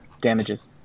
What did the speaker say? Damages